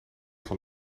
van